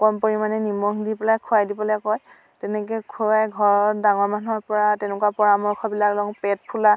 কম পৰিমাণে নিমখ দি পেলাই খুৱাই দিবলৈ কয় তেনেকে খুৱাই ঘৰৰ ডাঙৰ মানুহৰ পৰা তেনেকুৱা পৰামৰ্শবিলাক লওঁ পেট ফুলা